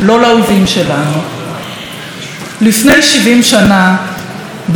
לפני 70 שנה באו זה אחר זה כל מנהיגי היישוב,